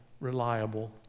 reliable